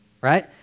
right